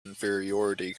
inferiority